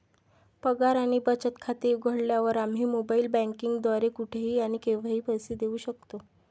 पगार आणि बचत खाते उघडल्यावर, आम्ही मोबाइल बँकिंग द्वारे कुठेही आणि केव्हाही पैसे देऊ शकतो